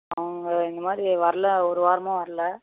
அவங்க இந்தமாதிரி வரல ஒரு வாரமாக வரல